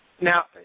Now